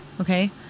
Okay